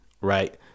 Right